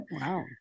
Wow